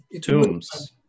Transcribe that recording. Tombs